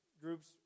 Groups